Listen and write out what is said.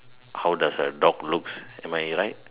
how does a dog looks am I right